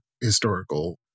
historical